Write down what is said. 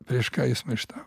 prieš ką jis maištau